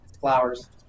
Flowers